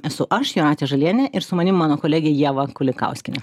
esu aš jūratė žalienė ir su manim mano kolegė ieva kulikauskienė